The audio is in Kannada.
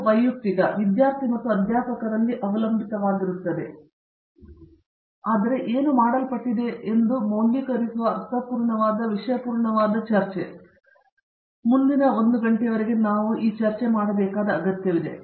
ಇದು ವೈಯಕ್ತಿಕ ವಿದ್ಯಾರ್ಥಿ ಮತ್ತು ಅಧ್ಯಾಪಕರಲ್ಲಿ ಅವಲಂಬಿತವಾಗಿರುತ್ತದೆ ಆದರೆ ಏನು ಮಾಡಲ್ಪಟ್ಟಿದೆ ಎಂಬುದು ನೀವು ಮೌಲ್ಯೀಕರಿಸುವ ಅರ್ಥಪೂರ್ಣವಾದ ವಿಷಯಪೂರ್ಣವಾದ ಚರ್ಚೆ ಮುಂದಿನ 1 ಗಂಟೆವರೆಗೆ ನಾವು ಮಾಡಬೇಕಾಗಿದ ಅಗತ್ಯವಿದೆ